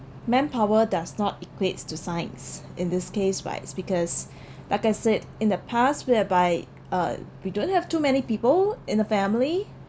manpower does not equates to science in this case right it's because like I said in the past whereby uh we don't have too many people in the family